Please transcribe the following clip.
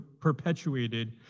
perpetuated